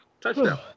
touchdown